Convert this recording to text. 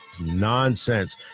nonsense